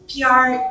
PR